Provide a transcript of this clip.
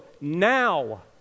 now